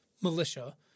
militia